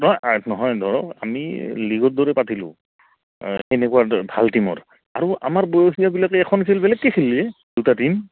নহয় নহয় ধৰক আমি লীগৰ দৰেই পাতিলোঁ তেনেকুৱা ভাল টিমৰ আৰু আমাৰ বয়সীয়াবিলাকে এখন খেল বেলেগকে খেলিলে দুটা টীম